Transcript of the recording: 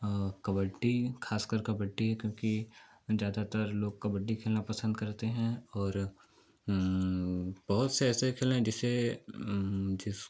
और कबड्डी ख़ासकर कबड्डी है क्योंकि ज़्यादातर लोग कबड्डी खेलना पसंद करते हैं और बहुत से ऐसे खेल हैं जैसे जिस